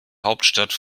hauptstadt